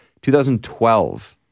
2012